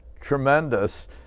tremendous